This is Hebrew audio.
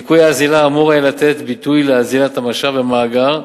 ניכוי האזילה אמור היה לתת ביטוי לאזילת המשאב במאגר,